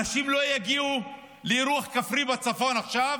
אנשים לא יגיעו לאירוח כפרי בצפון עכשיו,